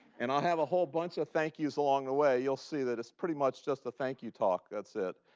and i'll have a whole bunch of thank-you's along the way. you'll see that it's pretty much just a thank-you talk, that's it.